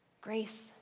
grace